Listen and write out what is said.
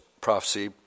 prophecy